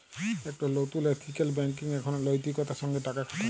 একট লতুল ethical banking এখন লৈতিকতার সঙ্গ টাকা খাটায়